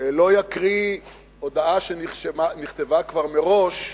לא יקריא הודעה שנכתבה כבר מראש,